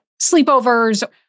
sleepovers